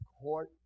court